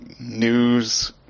news